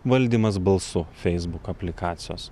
valdymas balsu facebook aplikacijos